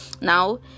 now